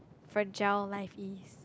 fragile life is